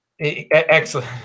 Excellent